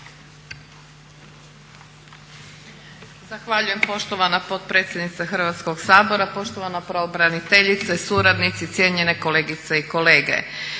Zahvaljujem poštovana potpredsjednice Hrvatskog sabora, poštovana pravobraniteljice, suradnici, cijenjene kolegice i kolege.